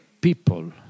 people